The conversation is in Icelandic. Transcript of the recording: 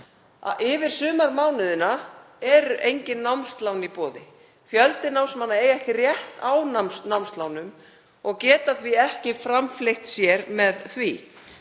yfir sumarmánuðina eru engin námslán í boði. Fjöldi námsmanna á ekki rétt á námslánum og getur því ekki framfleytt sér með þeim.